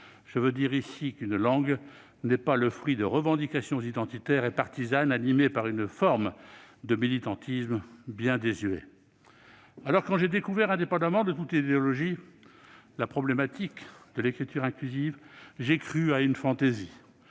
je veux dire ici qu'une langue n'est pas le fruit de revendications identitaires et partisanes animées par une forme de militantisme bien désuet. Alors, quand j'ai découvert, indépendamment de toute idéologie, le sujet de l'écriture inclusive, j'ai cru à une fantaisie,